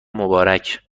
مبارک